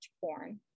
porn